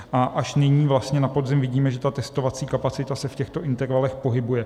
A až nyní vlastně na podzim vidíme, že ta testovací kapacita se v těchto intervalech pohybuje.